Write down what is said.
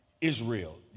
Israel